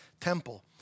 temple